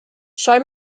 show